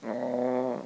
orh